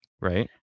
Right